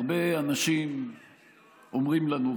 הרבה אנשים אומרים לנו,